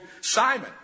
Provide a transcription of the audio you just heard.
Simon